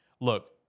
look